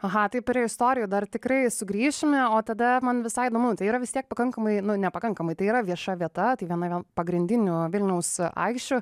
aha taip yra istorijų dar tikrai sugrįšime o tada man visai įdomu tai yra vis tiek pakankamai nepakankamai tai yra vieša vieta tai viena pagrindinių vilniaus aikščių